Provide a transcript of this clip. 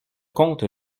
comte